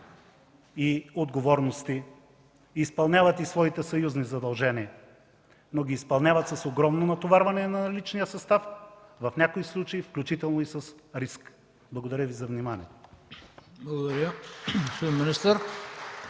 и отговорности. Изпълняват и своите съюзни задължения. Изпълняват ги обаче с огромно натоварване на наличния състав, в някои случаи, включително и с риск. Благодаря за вниманието.